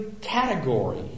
category